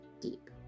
deep